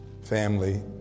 family